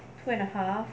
two and a half